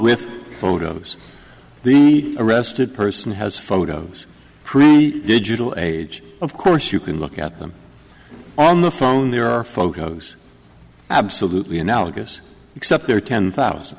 with photos the arrested person has photos prove the digital age of course you can look at them on the phone there are folk hugs absolutely analogous except there are ten thousand